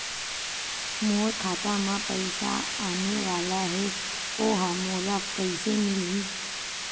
मोर खाता म पईसा आने वाला हे ओहा मोला कइसे मिलही?